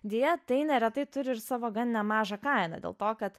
deja tai neretai turi ir savo gan mažą kainą dėl to kad